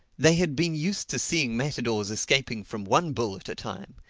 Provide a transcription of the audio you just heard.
they had been used to seeing matadors escaping from one bull at a time.